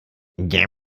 der